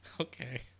Okay